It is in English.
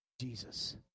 Jesus